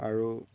আৰু